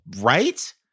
right